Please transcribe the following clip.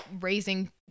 raising